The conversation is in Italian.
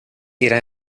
era